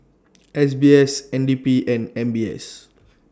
S B S N D P and M B S